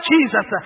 Jesus